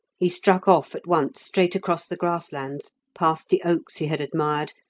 he struck off at once straight across the grass-lands, past the oaks he had admired,